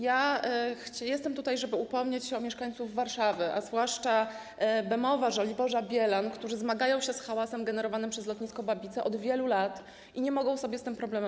Ja jestem tutaj, żeby upomnieć się o mieszkańców Warszawy, a zwłaszcza Bemowa, Żoliborza, Bielan, którzy zmagają się z hałasem generowanym przez lotnisko Babice od wielu lat i nie mogą sobie poradzić z tym problemem.